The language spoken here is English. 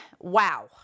wow